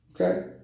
Okay